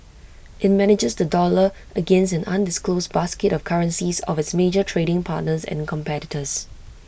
IT manages the dollar against an undisclosed basket of currencies of its major trading partners and competitors